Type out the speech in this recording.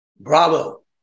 Bravo